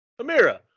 Amira